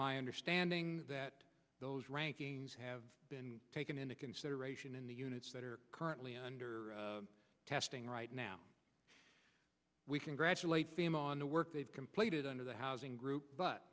my understanding that those rankings have been taken into consideration in the units that are currently under testing right now we congratulate them on the work they've completed under the housing group but